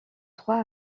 trois